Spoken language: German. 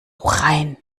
rein